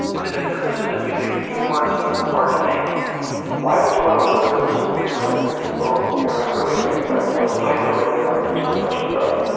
it's a disservice to the music you worked so hard to make why would you want to limit the tools that you have at your disposal? and i really think that's what hyper dynamic-range compression does.